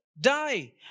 die